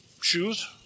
shoes